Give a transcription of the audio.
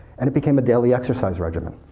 and it became a daily exercise regimen.